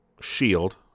Shield